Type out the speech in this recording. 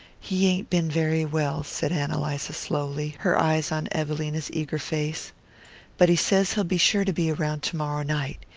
he ain't been very well, said ann eliza slowly, her eyes on evelina's eager face but he says he'll be sure to be round to-morrow night.